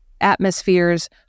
atmospheres